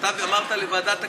אתה אמרת לוועדת הכנסת,